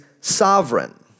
sovereign